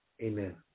amen